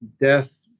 death